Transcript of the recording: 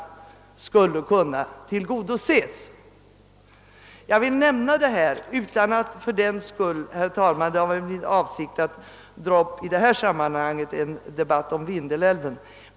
Herr talman! Jag har velat nämna detta utan att det fördenskull är min avsikt att i detta sammanhang dra upp en debatt om Vindelälven.